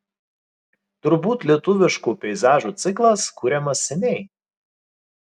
turbūt lietuviškų peizažų ciklas kuriamas seniai